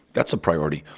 that's a priority.